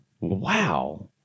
Wow